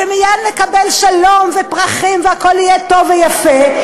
מייד נקבל שלום ופרחים והכול יהיה טוב ויפה,